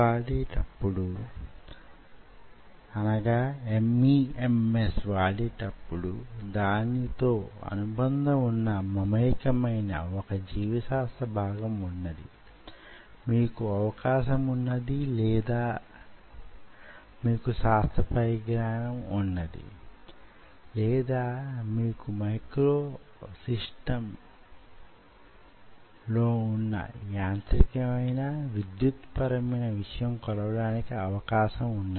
దీన్ని అంటే శక్తి విలువకి మీ లెక్కలో కలిపితే వుత్పన్న మయే శక్తికి సుమారుగా దగ్గరలో కి రాగల విలువ యొక్క అంచనా మీకు లభిస్తుంది లేదా వ్యక్తిగతమైన మజిల్ వలన ఉత్పన్నమయ్యే శక్తి ని కొలవాలనుకుంటామనుకొండి